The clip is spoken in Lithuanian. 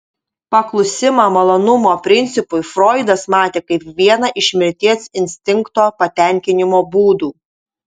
paklusimą malonumo principui froidas matė kaip vieną iš mirties instinkto patenkinimo būdų